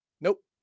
Nope